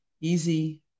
Easy